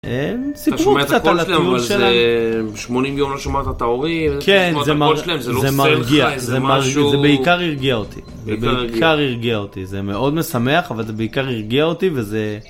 80 יום לא שומעת את ההורים זה מרגיע זה מרגיע זה בעיקר הרגיע אותי זה בעיקר הרגיע אותי זה מאוד משמח אבל זה בעיקר הרגיע אותי וזה.